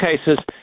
cases